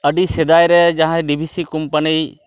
ᱟᱹᱰᱤ ᱥᱮᱫᱟᱭᱨᱮ ᱡᱟᱦᱟᱸᱭ ᱰᱤ ᱵᱤ ᱥᱤ ᱠᱳᱢᱯᱟᱱᱤᱭ